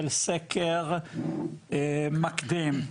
של סקר מקדים,